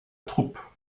troupe